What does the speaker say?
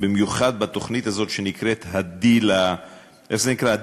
במיוחד בתוכנית הזו שנקראת "הדיל היומי".